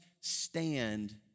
stand